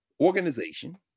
organization